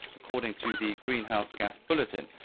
according to the greenhouse gas bulletin.